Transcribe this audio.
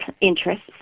interests